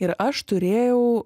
ir aš turėjau